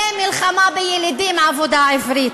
זו מלחמה בילידים, עבודה עברית.